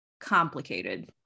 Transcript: complicated